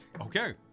Okay